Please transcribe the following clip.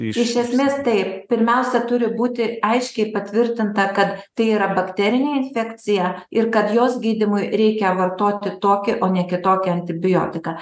iš esmės taip pirmiausia turi būti aiškiai patvirtinta kad tai yra bakterinė infekcija ir kad jos gydymui reikia vartoti tokį o ne kitokį antibiotiką